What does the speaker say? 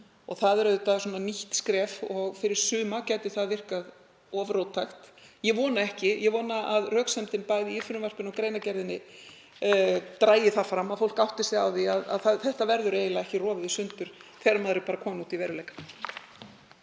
vegna kaupa. Það er nýtt skref og fyrir suma gæti það virkað of róttækt. Ég vona ekki. Ég vona að röksemdin bæði í frumvarpinu og greinargerðinni dragi það fram að fólk átti sig á því að þetta verður eiginlega ekki rofið í sundur þegar maður er kominn út í veruleikann.